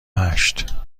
هشت